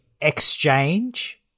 exchange